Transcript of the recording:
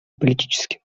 политически